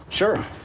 Sure